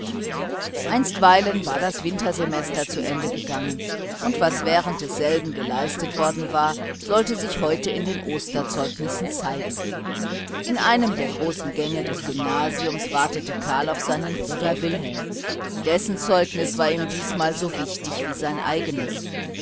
einstweilen war das wintersemester zu ende gegangen und was während desselben geleistet worden sollte sich heute in den osterzeugnissen zeigen in einem der großen gänge des gymnasiums wartete karl auf seinen bruder wilhelm dessen zeugnis war ihm diesmal so wichtig wie sein eigenes